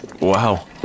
Wow